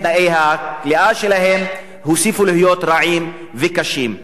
תנאי הכליאה שלהם הוסיפו להיות רעים וקשים.